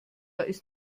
ist